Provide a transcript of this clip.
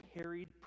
carried